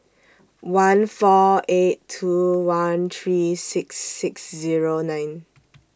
one four eight two one three six six Zero nine